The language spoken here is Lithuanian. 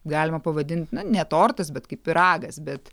galima pavadint na ne tortas bet kaip pyragas bet